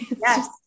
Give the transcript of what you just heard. Yes